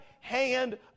hand